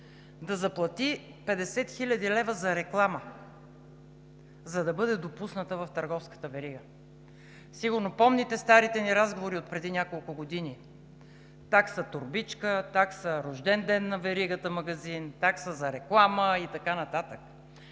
да заплати 50 хил. лв. за реклама, за да бъде допусната в търговската верига. Сигурно помните старите ни разговори отпреди няколко години: такса торбичка, такса рожден ден на веригата магазини, такса за реклама и така нататък